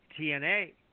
TNA